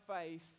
faith